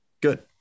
Good